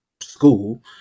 school